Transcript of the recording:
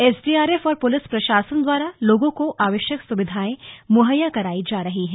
SDRF और police प्रशासन द्वारा लोगों को आवश्यक सुविधाएं मुहैया करवाई जा रही है